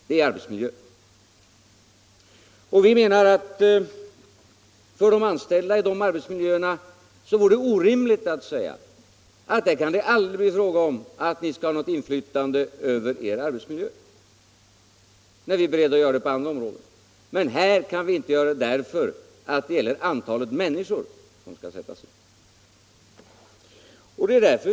Det är arbetsmiljön. Vi menar att för de anställda i sådana arbetsmiljöer vore det orimligt att säga att det kan aldrig bli tal om att ni skall ha något inflytande över er arbetsmiljö. Vi är beredda att medge sådant inflytande på andra områden, men här kan vi inte göra det, därför att det gäller antalet människor som skall sättas in.